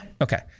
okay